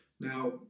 Now